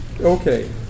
Okay